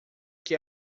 que